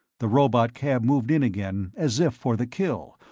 the robotcab moved in again, as if for the kill,